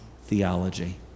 theology